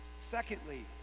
Secondly